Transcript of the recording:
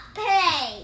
play